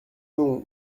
non